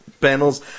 panels